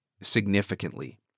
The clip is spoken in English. significantly